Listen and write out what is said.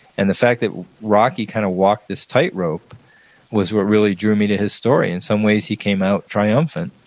and the fact that rocky kind of walked this tightrope was what really drew me to his story. in some ways, he came out triumphant,